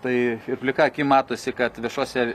tai ir plika akim matosi kad viešose